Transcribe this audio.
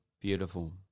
Beautiful